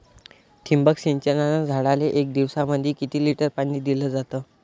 ठिबक सिंचनानं झाडाले एक दिवसामंदी किती लिटर पाणी दिलं जातं?